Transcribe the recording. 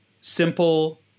simple